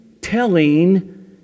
telling